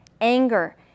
Anger